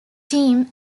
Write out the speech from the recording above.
team